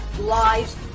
lives